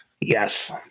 Yes